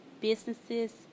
businesses